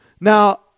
Now